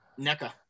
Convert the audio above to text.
Neca